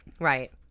Right